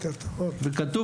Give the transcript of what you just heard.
וכתוב